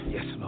Yes